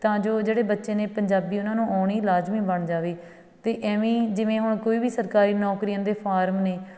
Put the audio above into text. ਤਾਂ ਜੋ ਜਿਹੜੇ ਬੱਚੇ ਨੇ ਪੰਜਾਬੀ ਉਹਨਾਂ ਨੂੰ ਆਉਣੀ ਲਾਜ਼ਮੀ ਬਣ ਜਾਵੇ ਅਤੇ ਇਵੇਂ ਹੀ ਜਿਵੇਂ ਹੁਣ ਕੋਈ ਵੀ ਸਰਕਾਰੀ ਨੌਕਰੀਆਂ ਦੇ ਫਾਰਮ ਨੇ